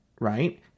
right